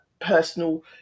personal